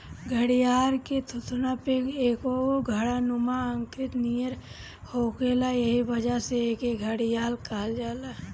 घड़ियाल के थुथुना पे एगो घड़ानुमा आकृति नियर होखेला एही वजह से एके घड़ियाल कहल जाला